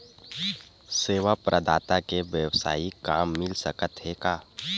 सेवा प्रदाता के वेवसायिक काम मिल सकत हे का?